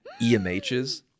EMHs